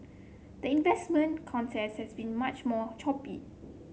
the investment contest has been much more choppy